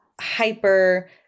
hyper